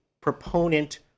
proponent